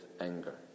anger